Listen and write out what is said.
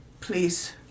Please